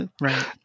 Right